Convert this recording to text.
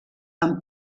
amb